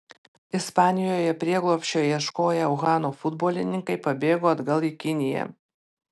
ispanijoje prieglobsčio ieškoję uhano futbolininkai pabėgo atgal į kiniją